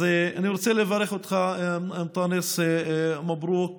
אז אני רוצה לברך אותך, אנטאנס: (אומר בערבית: